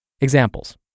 Examples